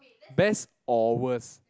best or worst